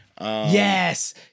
Yes